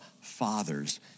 fathers